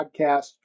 podcast